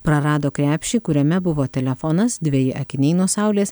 prarado krepšį kuriame buvo telefonas dveji akiniai nuo saulės